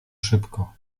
szybko